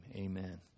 amen